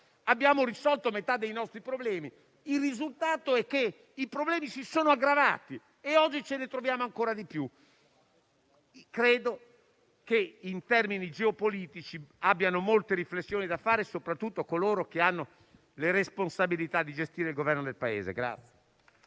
di aver risolto la metà dei nostri problemi. Il risultato è che i problemi si sono aggravati e oggi ce ne troviamo ancora di più. Credo che, in termini geopolitici, abbiano molte riflessioni da fare soprattutto coloro che hanno la responsabilità di gestire il Governo del Paese.